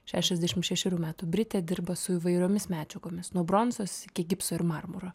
šešiasdešim šešerių metų britė dirba su įvairiomis medžiagomis nuo bronzos iki gipso ir marmuro